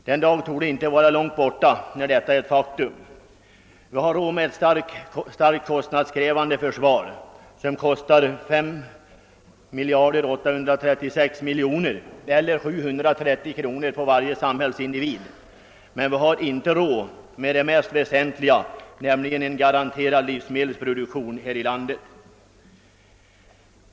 Den dag torde inte vara långt borta när detta är ett faktum. Vi har råd med ett starkt kostnadskrävande försvar, som kostar totalt 5 836 miljoner kronor, eller 730 kronor utslaget på varje samhällsindivid, men vi har inte råd med det som är mest väsentligt, nämligen en garanterad livsmedelsproduktion här i landet.